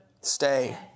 Stay